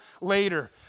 later